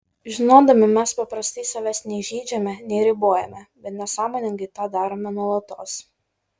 žinodami mes paprastai savęs nei žeidžiame nei ribojame bet nesąmoningai tą darome nuolatos